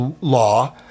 law